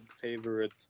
favorite